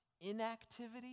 inactivity